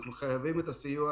אנחנו חייבים את הסיוע